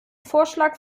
vorschlag